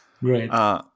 Great